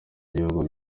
ibihugu